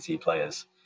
players